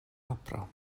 apro